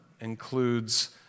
includes